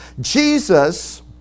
Jesus